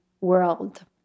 world